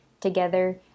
together